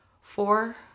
Four